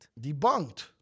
Debunked